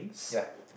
ya